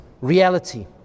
reality